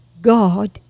God